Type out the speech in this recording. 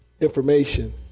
information